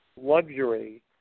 luxury